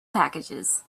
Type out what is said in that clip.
packages